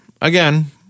again